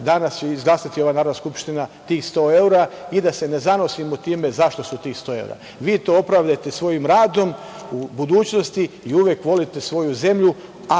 danas će izglasati, ova Narodna skupština tih 100 evra i da se ne zanosimo time zašto su tih 100 evra. Vi to opravdajte svojim radom u budućnosti i uvek volite svoju zemlju,